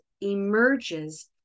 emerges